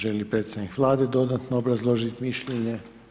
Želi li predstavnik Vlade dodatno obrazložiti mišljenje?